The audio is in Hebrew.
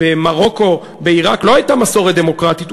במרוקו ובעיראק לא הייתה מסורת דמוקרטית,